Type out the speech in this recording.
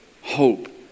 hope